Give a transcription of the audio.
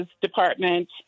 Department